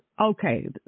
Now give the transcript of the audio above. okay